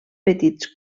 petits